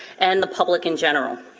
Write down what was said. and the public in general.